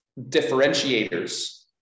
differentiators